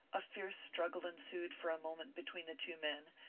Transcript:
a fierce struggle ensued for a moment between the two men,